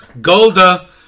Golda